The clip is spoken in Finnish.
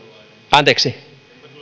anteeksi